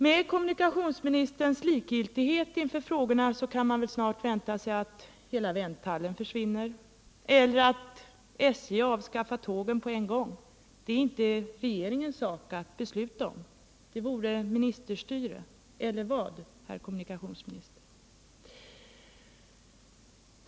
Med kommunikationsministerns likgiltighet inför frågorna. kan man väl snart vänta sig att hela vänthallen försvinner, eller att SJ avskaffar tågen på en gång — det är inte regeringens sak att besluta om. Det vore ministerstyre — eller vad, herr kommunikationsminister?